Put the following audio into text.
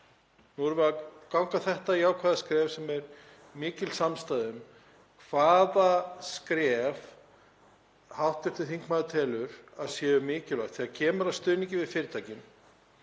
Nú erum við að ganga þetta jákvæða skref sem er mikil samstaða um en hvaða skref telur hv. þingmaður að séu mikilvæg þegar kemur að stuðningi við fyrirtækin?